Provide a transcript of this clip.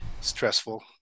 stressful